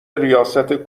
ریاست